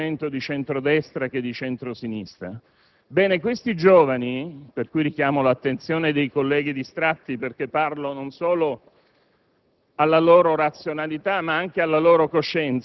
della Camera e del Senato, sia per il raggruppamento di centro-destra e di centro‑sinistra. Bene, questi giovani - richiamo l'attenzione dei colleghi distratti, perché parlo non solo